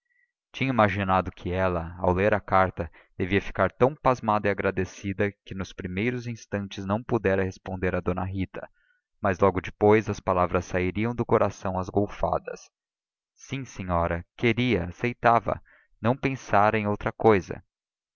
tinha imaginado que ela ao ler a carta devia ficar tão pasmada e agradecida que nos primeiros instantes não pudera responder a d rita mas logo depois as palavras sairiam do coração às golfadas sim senhora queria aceitava não pensara em outra cousa